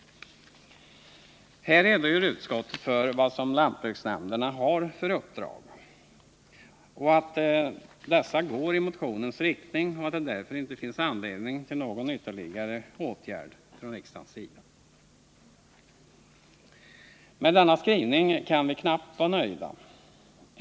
Här redogör utskottet för vad lantbruksnämnderna har för uppdrag och påpekar att dessa går i motionens tecken och att det därför inte finns anledning till någon ytterligare åtgärd från riksdagens sida. Med denna skrivning kan vi knappast vara nöjda.